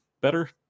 better